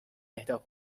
اهدا